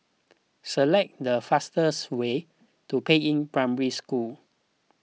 select the fastest way to Peiying Primary School